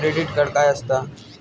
Credit card काय असता?